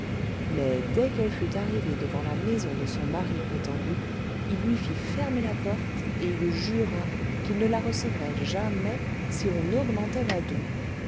mais dès qu'elle fut arrivée devant la maison de son mari prétendu il lui fit fermer la porte et il jura qu'il ne la recevroit jamais si on n'augmentoit la